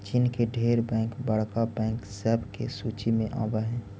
चीन के ढेर बैंक बड़का बैंक सब के सूची में आब हई